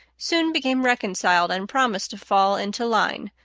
soon became reconciled and promised to fall into line,